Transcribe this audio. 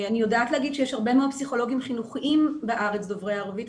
אני יודעת להגיד שיש הרבה מאוד פסיכולוגים חינוכיים בארץ דוברי ערבית.